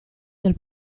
del